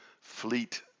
fleet